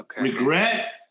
regret